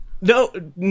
No